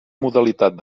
modalitat